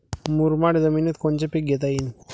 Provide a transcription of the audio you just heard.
मुरमाड जमिनीत कोनचे पीकं घेता येईन?